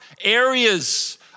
areas